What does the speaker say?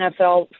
NFL